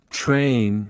train